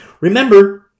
Remember